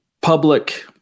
public